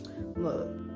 Look